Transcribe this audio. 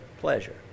pleasure